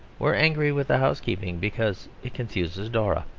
we are angry with the housekeeping because it confuses dora.